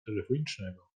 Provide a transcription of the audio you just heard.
telefonicznego